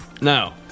No